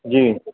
जी